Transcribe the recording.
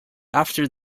after